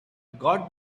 got